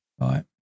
Right